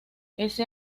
ese